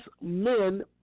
men